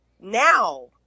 now